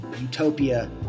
utopia